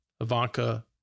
Ivanka